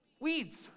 Weeds